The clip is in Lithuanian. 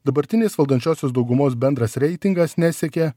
dabartinės valdančiosios daugumos bendras reitingas nesiekia